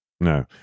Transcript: No